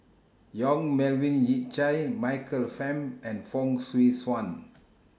Yong Melvin Yik Chye Michael Fam and Fong Swee Suan